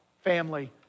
family